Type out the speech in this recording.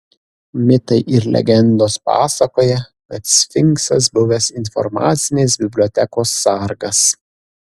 mitai ir legendos pasakoja kad sfinksas buvęs informacinės bibliotekos sargas